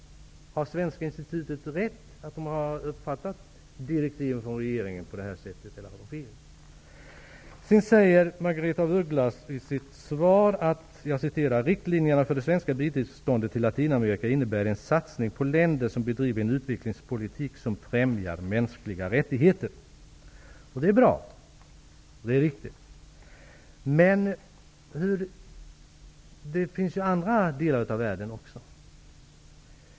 Har Svenska institutet uppfattat direktiven från regeringen rätt? Eller har man fel? Margaretha af Ugglas säger i sitt svar: Latinamerika innebär en satsning på länder som bedriver en utvecklingspolitik som främjar mänskliga rättigheter.'' Det är bra, och det är riktigt. Men det gäller också andra delar av världen.